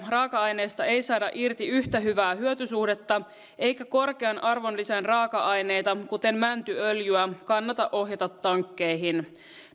raaka aineista ei saada irti yhtä hyvää hyötysuhdetta eikä korkean arvonlisän raaka aineita kuten mäntyöljyä kannata ohjata tankkeihin